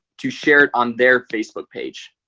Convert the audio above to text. to share it on their facebook page